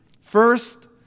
First